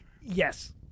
Yes